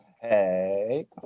Hey